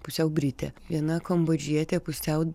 pusiau britė viena kombodžietė pusiau